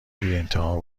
بیانتها